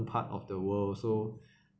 part of the world also